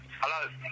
Hello